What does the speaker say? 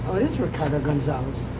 it is ricardo gonzalez.